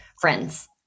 friends